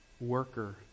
Worker